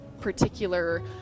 particular